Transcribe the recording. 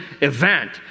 event